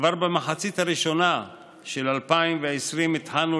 כבר במחצית הראשונה של 2020 התחלנו